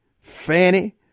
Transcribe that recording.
Fanny